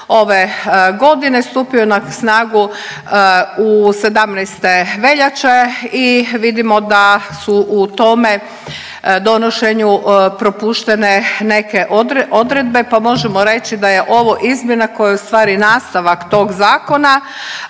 ove godine, stupio je na snagu u 17. veljače i vidimo da su u tome donošenju propuštene neke odredbe pa možemo reći da je ovo izmjena koja je ustvari nastavak tog Zakona